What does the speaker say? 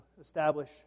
establish